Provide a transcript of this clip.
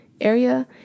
area